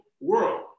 world